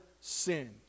sin